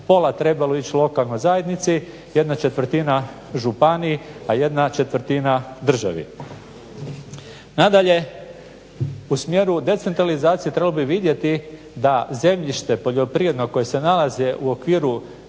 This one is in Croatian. pola trebalo ići lokalnoj zajednici, jedna četvrtina županiji, a jedna četvrtina državi. Nadalje, u smjeru decentralizacije trebalo bi vidjeti da zemljište poljoprivredno koje se nalazi u okviru